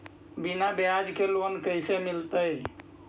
बिना ब्याज के लोन कैसे मिलतै?